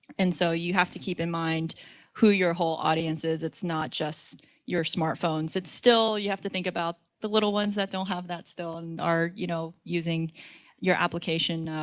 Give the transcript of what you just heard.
and so you have to keep in mind who your whole audience is. it's not just your smartphones. it's still, you have to think about the little ones that don't have that still and are, you know, using using your application,